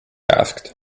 asked